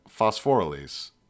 Phosphorylase